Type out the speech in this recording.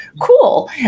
cool